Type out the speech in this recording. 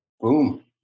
boom